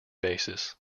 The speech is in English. basis